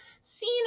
seen